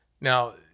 Now